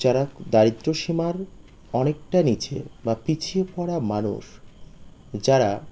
যারা দারিদ্রসীমার অনেকটা নিচে বা পিছিয়ে পড়া মানুষ যারা